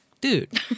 Dude